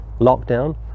lockdown